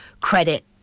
credit